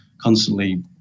constantly